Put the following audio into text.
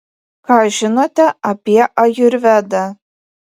ką žinote apie ajurvedą